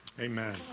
Amen